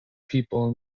people